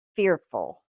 fearful